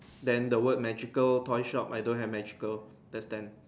then the word magical toy shop I don't have magical that's ten